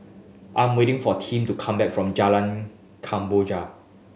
I'm waiting for Tim to come back from Jalan Kemboja